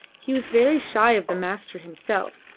he was very shy of the master himself,